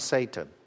Satan